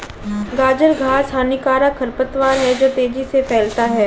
गाजर घास हानिकारक खरपतवार है जो तेजी से फैलता है